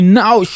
now